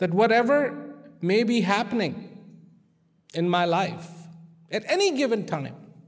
that whatever may be happening in my life at any given time